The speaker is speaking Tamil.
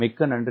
மிக்க நன்றி